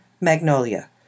Magnolia